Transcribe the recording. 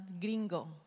gringo